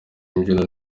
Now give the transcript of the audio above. imbyino